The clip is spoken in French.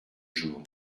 jours